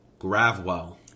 Gravwell